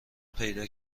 پیدا